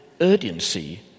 urgency